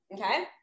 okay